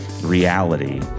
reality